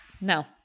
No